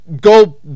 go